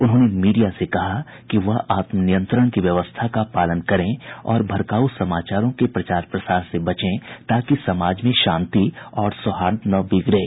उन्होंने मीडिया से कहा कि वह आत्म नियंत्रण की व्यवस्था का पालन करें और भड़काऊ समाचारों के प्रचार प्रसार से बचे ताकि समाज में शांति और सौहार्द न बिगड़े